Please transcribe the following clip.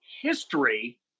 history